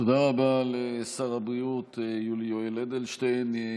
תודה רבה לשר הבריאות יולי יואל אדלשטיין.